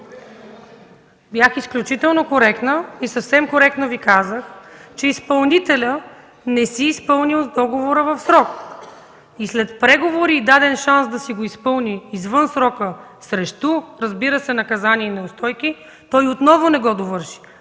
Бях изключително коректна и съвсем коректно Ви казах, че изпълнителят не си е изпълнил договора в срок. След преговори и даден шанс да си го изпълни извън срока срещу, разбира се, наказание и неустойки – той отново не го довърши.